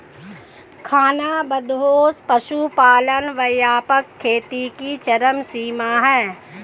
खानाबदोश पशुपालन व्यापक खेती की चरम सीमा है